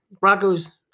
Broncos